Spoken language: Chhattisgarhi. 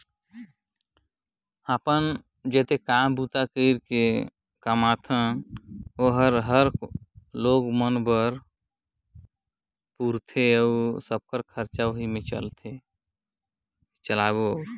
अपन मेहनत कर कमई हर कोनो भी मइनसे ल होए ओहर पूरथे